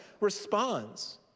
responds